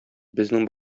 безнең